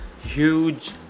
huge